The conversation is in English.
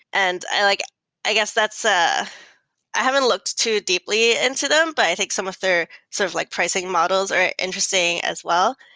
and i like i guess that's ah i haven't looked too deeply into them, but i think some of their sort of like pricing models are interesting as well.